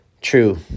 true